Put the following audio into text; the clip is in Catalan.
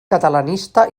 catalanista